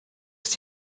ist